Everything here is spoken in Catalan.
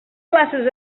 places